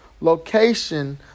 location